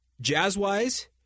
jazz-wise